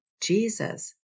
Jesus